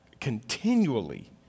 continually